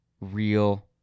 real